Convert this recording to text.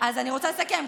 אז אני רוצה לסכם,